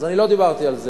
אז אני לא דיברתי על זה.